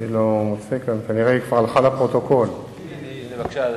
הופרטו, אף-על-פי שגם